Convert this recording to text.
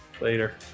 Later